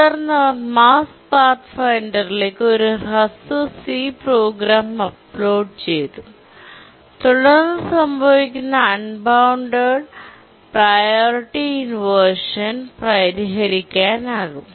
തുടർന്ന് അവർ മാർസ് പാത്ത്ഫൈൻഡറിലേക്ക് ഒരു ഹ്രസ്വ സി പ്രോഗ്രാം അപ്ലോഡുചെയ്തു തുടർന്ന് സംഭവിക്കുന്ന അൺബൌണ്ടഡ് പ്രിയോറിറ്റി ഇൻവെർഷൻ പരിഹരിക്കാനാകും